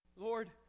Lord